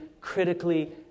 critically